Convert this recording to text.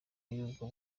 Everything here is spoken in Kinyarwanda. y’ubwo